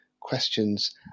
questions